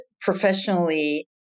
professionally